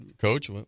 coach